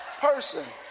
person